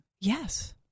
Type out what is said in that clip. Yes